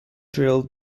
trail